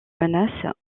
menaces